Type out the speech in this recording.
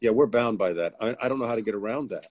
there were bound by that i don't know how to get around that